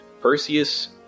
Perseus